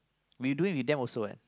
we doing with them also what